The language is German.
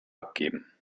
abgeben